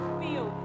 feel